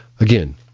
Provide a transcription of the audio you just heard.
Again